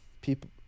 people